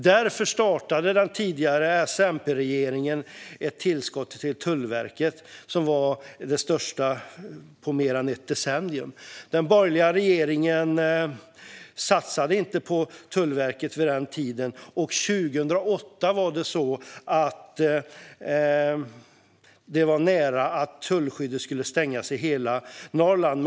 Därför startade den tidigare S-MP-regeringen ett tillskott till Tullverket som var det största på mer än ett decennium. Den borgerliga regeringen satsade inte på Tullverket på sin tid. År 2008 var det nära att tullskyddet skulle stängas i hela Norrland.